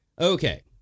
Okay